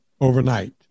overnight